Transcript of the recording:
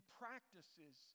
practices